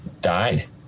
died